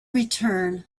return